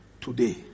today